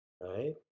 right